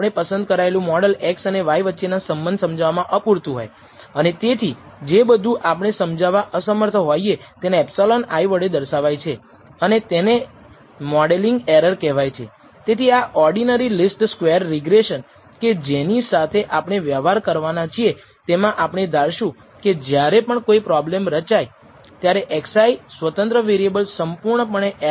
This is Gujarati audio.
તેથી આ વિશિષ્ટ પૂર્વધારણા પરીક્ષણને નલ પૂર્વધારણા પ્રમાણે સૂચિત કરી શકાય છે તેવું અર્થઘટન β1 0 થાય છે જેનો અર્થ થાય છે કે આપણે જે કરી રહ્યા છીએ તે ફક્ત yi a અચલ છે જો આપણે નલ પૂર્વધારણાને સ્વીકારીએ કે નકારીએ તો આપણે ખરેખર β0 અને β1 હાજર સાથેનું એક રેખીય મોડેલ ફિટ કરીશું